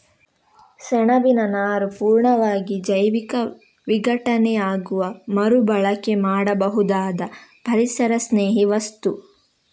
ಸೆಣಬಿನ ನಾರು ಪೂರ್ಣವಾಗಿ ಜೈವಿಕ ವಿಘಟನೆಯಾಗುವ ಮರು ಬಳಕೆ ಮಾಡಬಹುದಾದ ಪರಿಸರಸ್ನೇಹಿ ವಸ್ತು